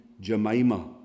Jemima